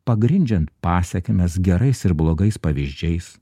pagrindžiant pasekmes gerais ir blogais pavyzdžiais